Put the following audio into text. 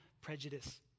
prejudice